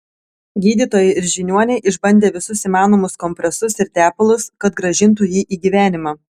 gydytojai ir žiniuoniai išbandė visus įmanomus kompresus ir tepalus kad grąžintų jį į gyvenimą